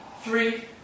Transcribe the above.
three